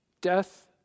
Death